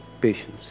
Patience